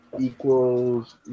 equals